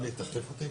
עלי תחליף אותי.